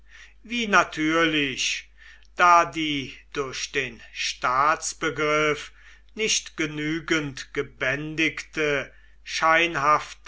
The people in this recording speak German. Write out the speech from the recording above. wie natürlich da die durch den staatsbegriff nicht genügend gebändigte